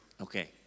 Okay